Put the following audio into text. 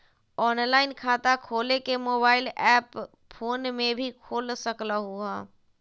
Online खाता खोले के मोबाइल ऐप फोन में भी खोल सकलहु ह?